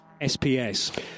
SPS